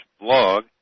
blog